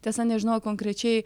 tiesa nežinojo konkrečiai